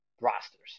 rosters